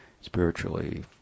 spiritually